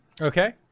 Okay